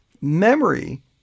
memory